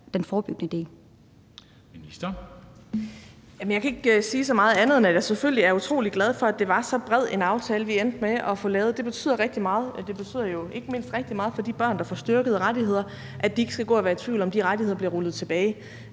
den forebyggende del.